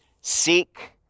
seek